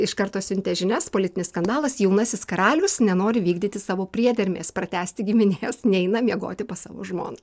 iš karto siuntė žinias politinis skandalas jaunasis karalius nenori vykdyti savo priedermės pratęsti giminės neina miegoti pas savo žmoną